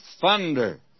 thunder